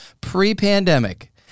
pre-pandemic